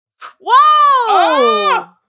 Whoa